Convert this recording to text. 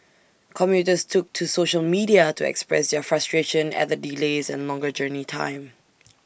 commuters took to social media to express their frustration at the delays and longer journey time